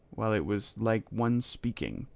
while it was like one speaking.